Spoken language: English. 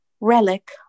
Relic